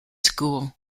school